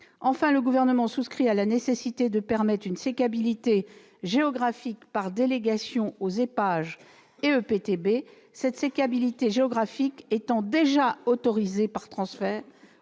Enfin, le Gouvernement souscrit à la nécessité de permettre une sécabilité géographique par délégation aux EPAGE et EPTB. Je relève que cette sécabilité géographique est déjà autorisée par transfert